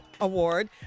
Award